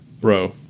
Bro